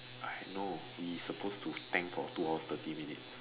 I know we supposed to thank for two hour thirty minutes